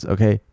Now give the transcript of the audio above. Okay